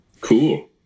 Cool